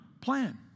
plan